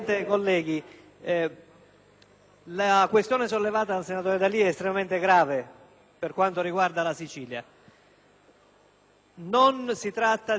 la questione sollevata dal senatore D'Alì è estremamente grave per la Sicilia. Non si tratta di un provvedimento assistenziale.